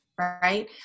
right